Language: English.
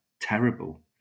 terrible